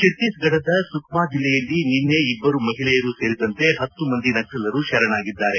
ಛತ್ತೀಸ್ಗಢದ ಸುಕ್ಮಾ ಜಿಲ್ಲೆಯಲ್ಲಿ ನಿನ್ನೆ ಇಬ್ಬರು ಮಹಿಳೆಯರೂ ಸೇರಿದಂತೆ ಹತ್ತು ಮಂದಿ ನಕ್ಖಲರು ಶರಣಾಗಿದ್ದಾರೆ